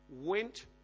went